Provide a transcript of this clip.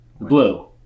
blue